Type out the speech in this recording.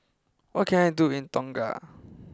what can I do in Tonga